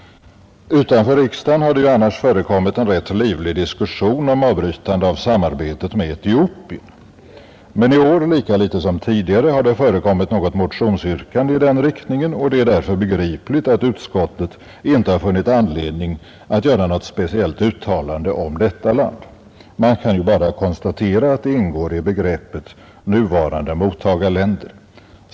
Utanför riksdagen har det ju annars förekommit en rätt livlig diskussion om avbrytande av samarbetet med Etiopien. Men i år lika litet som tidigare har det förekommit något motionsyrkande i den riktningen, och det är därför begripligt att utskottet inte har funnit anledning att göra något speciellt uttalande om detta land. Man kan bara konstatera att det ingår i begreppet ”nuvarande mottagarländer”.